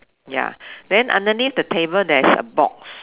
ya then underneath the table there is a box